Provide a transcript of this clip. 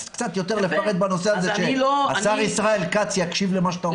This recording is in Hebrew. אז קצת יותר לפרט בנושא הזה שהשר ישראל כץ יקשיב למה שאתה אומר.